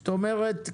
זאת אומרת,